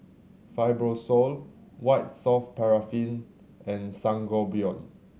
Fibrosol White Soft Paraffin and Sangobion